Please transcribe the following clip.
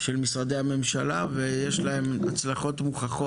של משרד הממשלה ויש להם הצלחות מוכחות